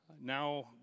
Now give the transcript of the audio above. Now